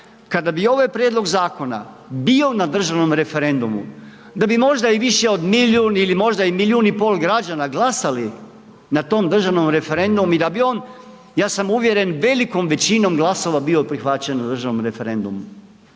kada bi ovaj prijedlog zakona bio na državnom referendumu da bi možda i više od milijun ili možda i milijun i pol građana glasali na tom državnom referendum i da bi on, ja sam uvjeren, velikom većinom glasova bio prihvaćen na državnom referendumu.